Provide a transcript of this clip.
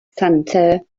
center